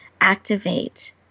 activate